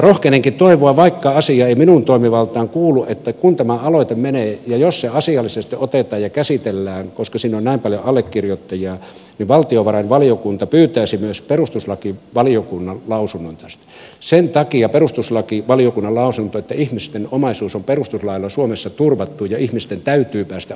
rohkenenkin toivoa vaikka asia ei minun toimivaltaani kuulu että kun tämä aloite menee eteenpäin ja jos se asiallisesti otetaan ja käsitellään koska siinä on näin paljon allekirjoittajia niin valtiovarainvaliokunta pyytäisi myös perustuslakivaliokunnan lausunnon tästä sen takia perustuslakivaliokunnan lausunnon että ihmisten omaisuus on perustuslailla suomessa turvattu ja ihmisten täytyy päästä oikeuksiin